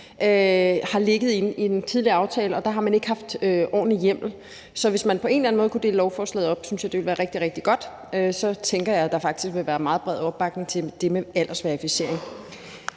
har ligget i den tidligere aftale, men der har man ikke haft ordentlig hjemmel. Så hvis man på en eller anden måde kunne dele lovforslaget op, synes jeg, det ville være rigtig, rigtig godt, og så tænker jeg, at der faktisk vil være meget bred opbakning til det med aldersverificering.